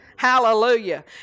Hallelujah